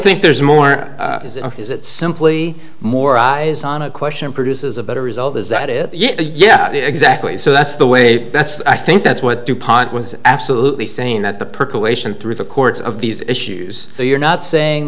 think there's more is it simply more eyes on a question produces a better result is that it yeah yeah exactly so that's the way that's i think that's what dupont was absolutely saying that the percolation through the courts of these issues so you're not saying